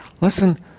Listen